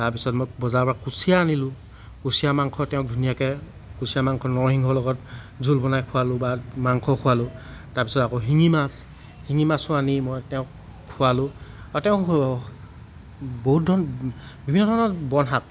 তাৰ পিছত মই বজাৰৰ পৰা কুঁচিয়া আনিলোঁ কুঁচিয়া মাংস তেওঁক ধুনীয়াকৈ কুঁচিয়া মাংস নৰসিংহৰ লগত জোল বনাই খোৱালোঁ বা মাংসও খোৱালোঁ তাৰ পিছত আকৌ শিঙি মাছ শিঙি মাছো আনি মই তেওঁক খোৱালোঁ আৰু তেওঁক বহুত ধ বিভিন্ন ধৰণৰ বন শাক